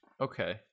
Okay